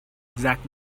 exact